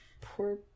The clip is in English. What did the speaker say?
Poor